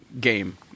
game